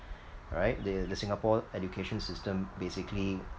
right the the Singapore education system basically